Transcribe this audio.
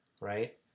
right